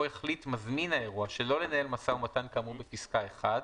החליט מזמין האירוע שלא לנהל משא ומתן כאמור בפסקה (1),